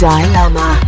Dilemma